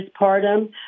postpartum